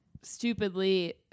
stupidly